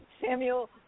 Samuel